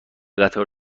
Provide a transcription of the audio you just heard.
قطار